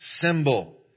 symbol